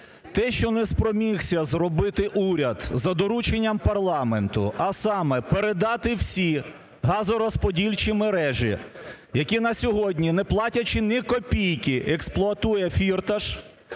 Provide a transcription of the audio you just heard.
те, що не спромігся зробити уряд за дорученням парламенту, а саме: передати всі газорозподільчі мережі, які на сьогодні, не платячи ні копійки, експлуатує Фірташ,